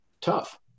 Tough